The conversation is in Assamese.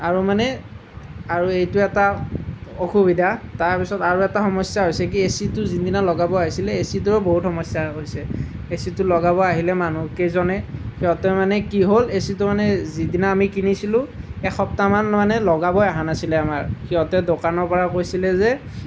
আৰু মানে আৰু এইটো এটা অসুবিধা তাৰ পিছত আৰু এটা সমস্যা হৈছে কি এচিটো যোনদিনা লগাব আহিছিলে এচিটোৰো বহুত সমস্যা হৈ গৈছে এচিটো লগাব আহিলে মানুহকেইজনে সিহঁতৰ মানে কি হ'ল এচিটো মানে যিদিনা আমি কিনিছিলোঁ এসপ্তাহমান মানে লগাবই অহা নাছিলে আমাৰ সিহঁতে দোকানৰ পৰা কৈছিলে যে